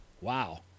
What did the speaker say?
wow